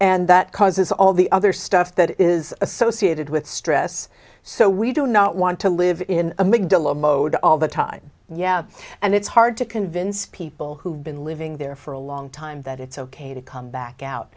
and that causes all the other stuff that is associated with stress so we do not want to live in a middle of mode all the time yeah and it's hard to convince people who've been living there for a long time that it's ok to come back out